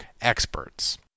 experts